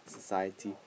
society